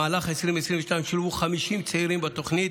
במהלך 2022 שולבו 50 צעירים בתוכנית,